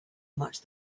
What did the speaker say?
much